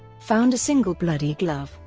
found a single bloody glove,